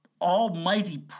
almighty